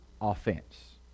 offense